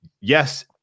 yes